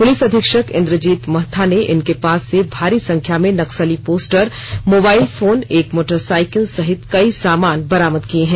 police अधीक्षक इन्द्रजीत महथा ने इनके पास से भारी संख्या में नक्सली पोस्टर मोबाइल फोन एक मोटरसाइकिल सहित कई सामान बरामद किये हैं